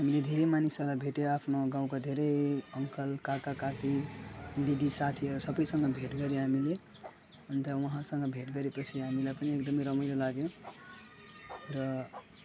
हामीले धेरै मानिसहरलाई भेट्यौँ आफ्नो गाउँको धेरै अङ्कल काका काकी दिदी साथीहरू सबैसँग भेट गऱ्यो हामीले अन्त उहाँसँग भेट गरेपछि हामीलाई पनि एकदमै रमाइलो लाग्यो र